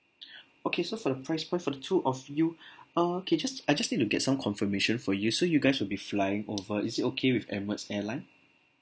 okay so for the price point for the two of you okay just I just need to get some confirmation for you so you guys will be flying over is it okay with emirates airline